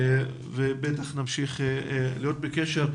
אני בטוח שנמשיך להיות בקשר.